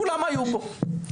כולם היו פה.